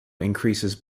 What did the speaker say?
increases